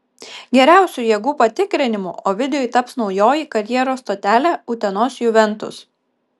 geriausiu jėgų patikrinimu ovidijui taps naujoji karjeros stotelė utenos juventus